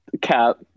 cap